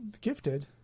Gifted